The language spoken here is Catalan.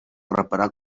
reparar